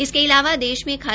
इसके अलावा देश मे खा